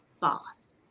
Boss